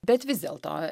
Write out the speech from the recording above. bet vis dėlto